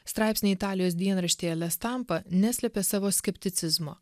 straipsny italijos dienraštyje le stampa neslėpė savo skepticizmo